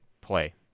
play